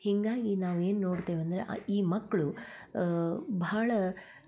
ಹೀಗಾಗಿ ನಾವು ಏನು ನೋಡ್ತೇವೆ ಅಂದರೆ ಈ ಮಕ್ಕಳು ಭಾಳ